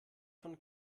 von